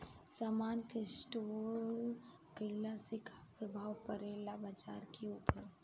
समान के स्टोर काइला से का प्रभाव परे ला बाजार के ऊपर?